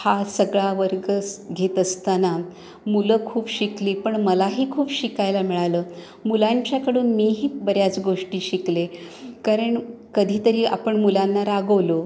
हा सगळा वर्ग स घेत असताना मुलं खूप शिकली पण मलाही खूप शिकायला मिळालं मुलांच्याकडून मीही बऱ्याच गोष्टी शिकले कारण कधीतरी आपण मुलांना रागवलो